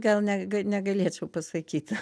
gal ne ga negalėčiau pasakyti